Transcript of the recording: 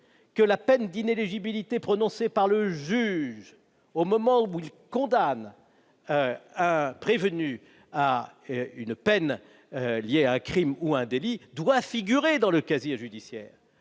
que la peine d'inéligibilité prononcée par le juge, au moment où celui-ci condamne un prévenu à une peine liée à un crime ou à un délit, doit figurer dans le casier judiciaire.